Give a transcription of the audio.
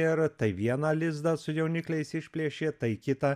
ir tai vieną lizdą su jaunikliais išplėšė tai kitą